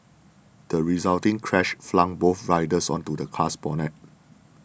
the resulting crash flung both riders onto the car's bonnet